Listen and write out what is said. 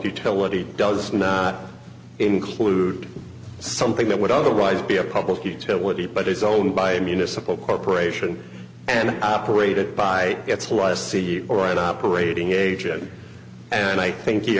utility does not include something that would otherwise be a public utility but is owned by a municipal corporation and operated by its allies c or an operating agent and i think he